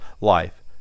life